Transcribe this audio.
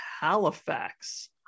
Halifax